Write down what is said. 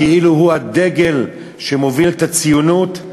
כאילו הוא הדגל שמוביל את הציונות,